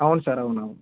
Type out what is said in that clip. అవును సార్ అవునవును